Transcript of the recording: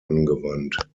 angewandt